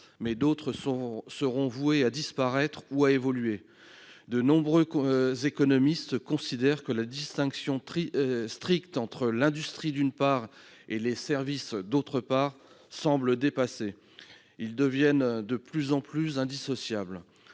mais d'autres seront voués à disparaître ou à évoluer. De nombreux économistes considèrent que la distinction stricte entre industrie et services est dépassée. Les deux secteurs deviennent de plus en plus indissociables.